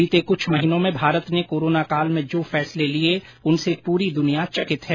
बीते कुछ महीनों में भारत ने कोरोनाकाल में जो फैसले लिए उनसे पूरी द्वनिया चकित है